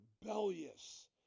rebellious